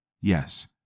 Yes